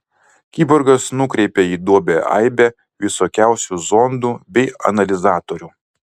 kiborgas nukreipė į duobę aibę visokiausių zondų bei analizatorių